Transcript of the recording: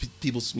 people